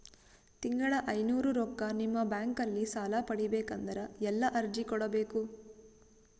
ತಿಂಗಳ ಐನೂರು ರೊಕ್ಕ ನಿಮ್ಮ ಬ್ಯಾಂಕ್ ಅಲ್ಲಿ ಸಾಲ ಪಡಿಬೇಕಂದರ ಎಲ್ಲ ಅರ್ಜಿ ಕೊಡಬೇಕು?